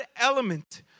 element